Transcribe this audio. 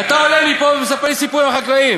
אתה עולה לי פה ומספר לי סיפורים על החקלאים.